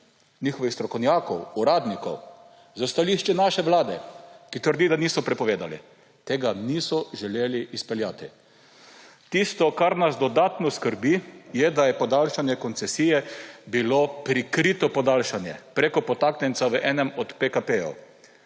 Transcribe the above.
njihovih strokovnjakov, uradnikov, s stališči naše vlade, ki trdi, da niso prepovedali. Tega niso želeli izpeljati. Tisto, kar nas dodatno skrbi, je, da je podaljšanje koncesije bilo prikrito podaljšanje, preko podtaknjenca v enem od PKP-jev.